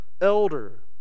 elder